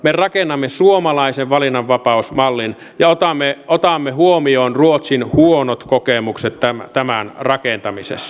me rakennamme suomalaisen valinnanvapausmallin ja otamme huomioon ruotsin huonot kokemukset tämän rakentamisessa